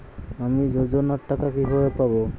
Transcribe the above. আমি যোজনার টাকা কিভাবে পাবো?